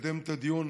שתקדם את הדיון.